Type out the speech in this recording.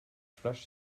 flash